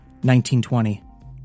1920